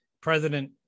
President